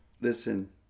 listen